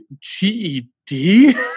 GED